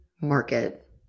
market